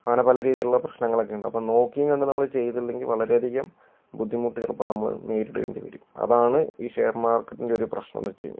അങ്ങനെ പല രീതിയിലുള്ള പ്രശ്നങ്ങളൊക്കെയിണ്ട് അപ്പോൾ നോക്കിയും കണ്ടും നമ്മൾ ചെയ്തില്ലെങ്കിൽ വളരെയധികം ബുദ്ധിമുട്ട് ചിലപ്പോൾ നമ്മൾ നേരിടേണ്ടി വരും അതാണ് ഈ ഷെയർ മാർക്കറ്റിൻ്റെ ഒരു പ്രശ്നം എന്ന് വച്ചു കഴിഞ്ഞാൽ